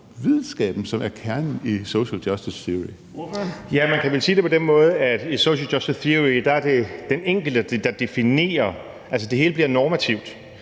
Kl. 13:22 Morten Messerschmidt (DF): Man kan vel sige det på den måde, at i social justice theory er det den enkelte, der definerer, altså det hele bliver normativt,